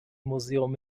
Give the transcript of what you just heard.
museum